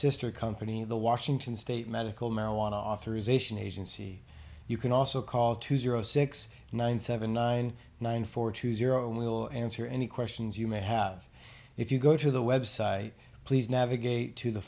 sister company of the washington state medical marijuana authorization agency you can also call two zero six nine seven nine nine four two zero and we will answer any questions you may have if you go to the website please navigate to the